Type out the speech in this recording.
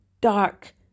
dark